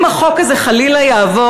אם החוק הזה חלילה יעבור,